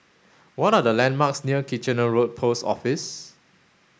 what are the landmarks near Kitchener Road Post Office